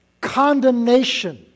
condemnation